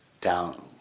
down